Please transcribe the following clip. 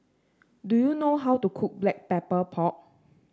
do you know how to cook Black Pepper Pork